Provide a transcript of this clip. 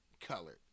colored